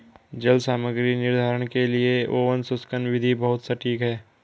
जल सामग्री निर्धारण के लिए ओवन शुष्कन विधि बहुत सटीक है